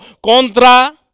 Contra